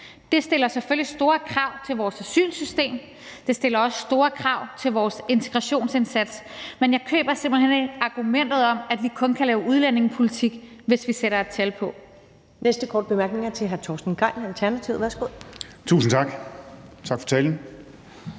Det stiller selvfølgelig store krav til vores asylsystem, og det stiller også store krav til vores integrationsindsats, men jeg køber simpelt hen ikke argumentet om, at vi kun kan lave udlændingepolitik, hvis vi sætter et tal på.